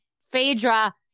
Phaedra